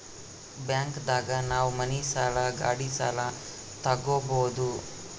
bank ದಾಗ ನಾವ್ ಮನಿ ಸಾಲ ಗಾಡಿ ಸಾಲ ತಗೊಬೋದು